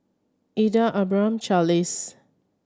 Eda Abram Charlize